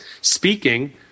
speaking